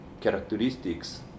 characteristics